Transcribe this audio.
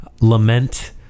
Lament